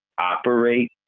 operate